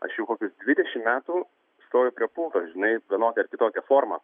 aš jau kokius dvidešimt metų stoviu prie pulto žinai vienokia ar kitokia forma